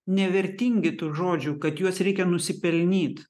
nevertingi tų žodžių kad juos reikia nusipelnyt